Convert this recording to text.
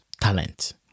talent